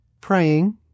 praying